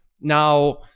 Now